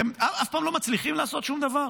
אתם אף פעם לא מצליחים לעשות שום דבר?